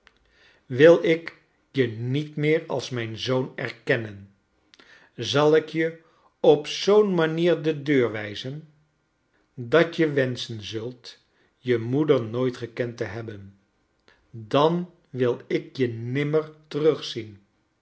wil ik je niet meer als mijn zoon erkennen zal ik je op zoo'n manier de deur wijzen dat je wenschen zuit je moeder nooit gekend te hebben dan wil ik je nimmer terugzien